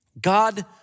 God